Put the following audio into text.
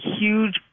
huge